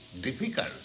difficult